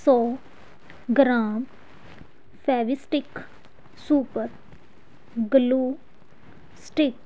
ਸੌ gram Fevistick super glue stick